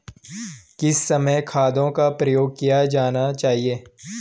किस समय खादों का प्रयोग किया जाना चाहिए?